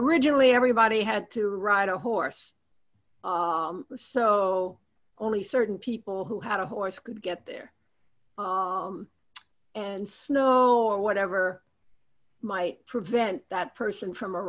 originally everybody had to ride a horse so only certain people who had a horse could get there and snow or whatever might prevent that person from a